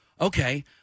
okay